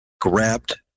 Grabbed